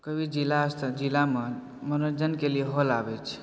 कभी जिला स्तर जिलामे मनोरञ्जनके लिए हॉल आबैत अछि